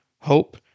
hope